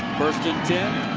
first and ten.